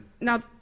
Now